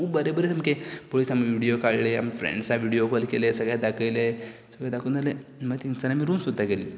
खूब बरें बरें सामकें पयस सावन व्हिडियो काडले आमी फ्रेंडसाक व्हिडियो काॅल केले सगल्याक दाखयले सगळें दाखोवन जालें मागीर थिंगसान आमी रूम सोदपाक गेले